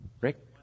Rick